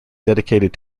dedicated